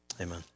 amen